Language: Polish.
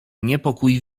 niepokój